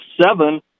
seven